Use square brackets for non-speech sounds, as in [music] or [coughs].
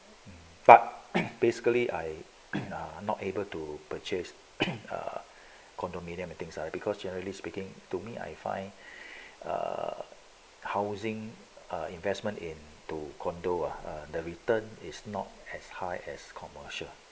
but [coughs] basically I [coughs] I'm not able to purchase [coughs] a condominium at things lah because generally speaking to me I find housing err investment into condo ah the return is not as high as commercial